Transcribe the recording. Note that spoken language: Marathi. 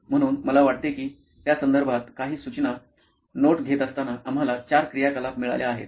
म्हणून मला वाटते की त्या संदर्भात काही सूचना नोट घेत असताना आम्हाला चार क्रियाकलाप मिळाल्या आहेत